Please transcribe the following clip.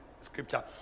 scripture